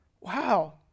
Wow